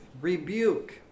rebuke